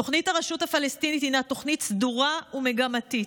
תוכנית הרשות הפלסטינית הינה תוכנית סדורה ומגמתית,